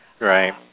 Right